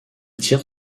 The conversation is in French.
tire